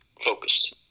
focused